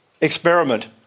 experiment